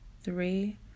three